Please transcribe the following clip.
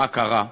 מה קרה?